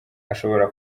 ashobora